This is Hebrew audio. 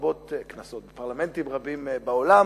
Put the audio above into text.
בפרלמנטים רבים בעולם,